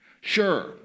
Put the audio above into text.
Sure